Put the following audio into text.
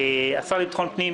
השר לביטחון פנים,